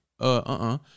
uh-uh-uh